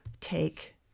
take